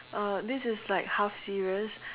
uh this is like half serious